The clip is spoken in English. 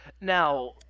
Now